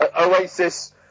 Oasis